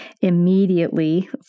immediately